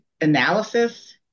analysis